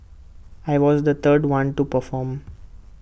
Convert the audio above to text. I was the third one to perform